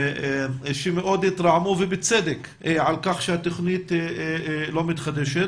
שמאוד התרעמו ובצדק על כך שהתוכנית לא מתחדשת.